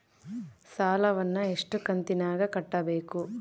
ಸಾಲವನ್ನ ಎಷ್ಟು ಕಂತಿನಾಗ ಕಟ್ಟಬೇಕು?